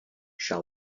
shall